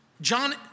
John